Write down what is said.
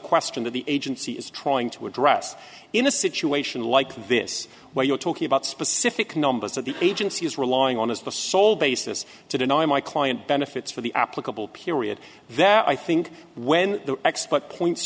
question of the agency is trying to address in a situation like this where you're talking about specific numbers that the agency is relying on as the sole basis to deny my client benefits for the applicable period that i think when the expert points